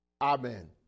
Amen